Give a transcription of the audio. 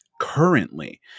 currently